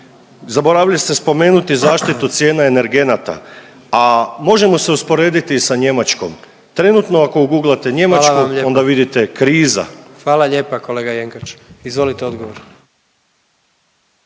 Zaboravili ste spomenuti zaštitu cijena energenata, a možemo se usporediti sa Njemačkom. Trenutno ako uguglate Njemačku …/Upadica predsjednik: Hvala vam lijepa./… onda vidite kriza.